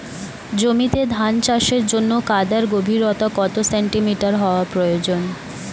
জমিতে ধান চাষের জন্য কাদার গভীরতা কত সেন্টিমিটার হওয়া প্রয়োজন?